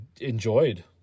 enjoyed